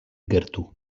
gertu